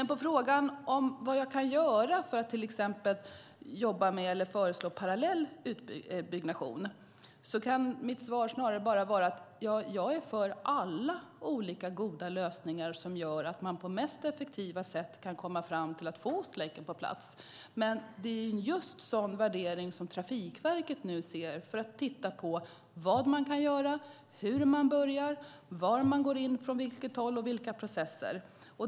På frågan om vad jag kan göra för att till exempel jobba med eller föreslå parallell byggnation är mitt svar: Jag är för alla olika goda lösningar som gör att man på mest effektiva sätt kan komma fram till att få Ostlänken på plats. Det är just en sådan värdering som Trafikverket nu gör för att titta på vad man kan göra, hur man börjar, var man går in, från vilket håll och vilka processer det handlar om.